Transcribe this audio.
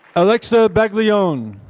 alexa baglione.